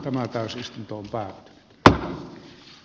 tämä meissä itsessämme